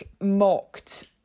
mocked